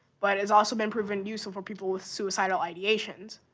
but it's also been proven useful for people with suicidal ideations,